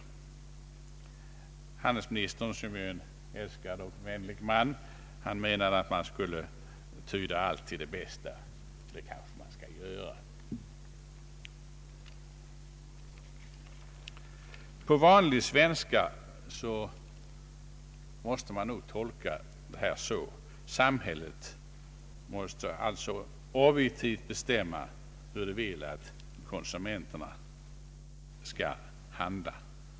Handelsministern, som är en älskvärd och vänlig man, menar att man skall tyda allt till det bästa. Det kanske man skall göra! På vanlig svenska måste man nog tolka det anförda så att utredarna vill att samhället skall objektivt bestämma hur det vill att konsumenterna skall handla.